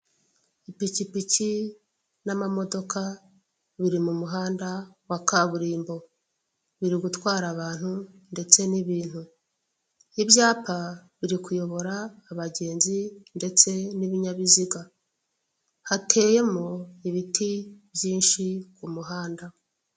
Ipikipiki n'amamodoka biri mu muhanda wa kaburimbo, biri gutwara abantu ndetse n'ibintu. Ibyapa biri kuyobora abagenzi ndetse n'ibinyabiziga. Hateyemo ibiti byinshi ku muhanda.